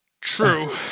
True